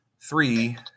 three